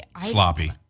Sloppy